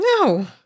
No